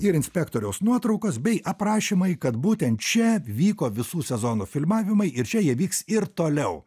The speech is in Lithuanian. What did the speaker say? ir inspektoriaus nuotraukos bei aprašymai kad būtent čia vyko visų sezonų filmavimai ir čia jie vyks ir toliau